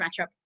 matchup